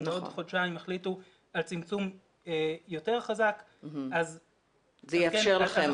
אם בעוד חודשיים יחליטו על צמצום יותר חזק -- זה יאפשר לכם.